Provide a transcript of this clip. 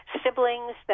siblings